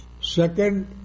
Second